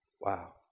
Wow